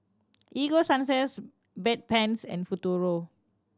Ego Sunsense Bedpans and Futuro